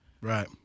Right